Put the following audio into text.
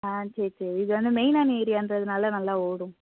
ஆ சரி சரி இது வந்து மெயினான ஏரியான்றதுனால நல்லா ஓடும்